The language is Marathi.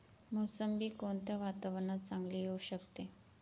मोसंबी कोणत्या वातावरणात चांगली येऊ शकते?